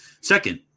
Second